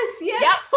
Yes